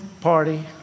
Party